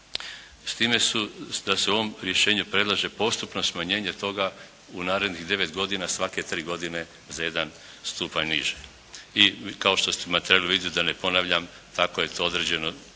S time su, da se u ovom rješenju predlaže postupno smanjenje toga u narednih 9 godina svake 3 godine za 1 stupanj niže. I kao što ... /Govornik se ne razumije./ … da ne ponavljam tako je to određeno